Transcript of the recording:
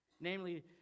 Namely